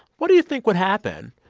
what do you think would happen,